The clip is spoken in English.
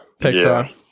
Pixar